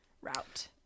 route